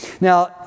Now